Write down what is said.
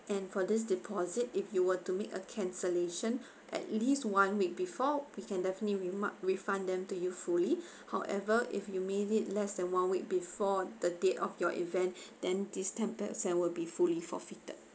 and for this deposit if you were to make a cancellation at least one week before we can definitely remark refund them to you fully however if you made it less than one week before the date of your event then this ten percent will be fully forfeited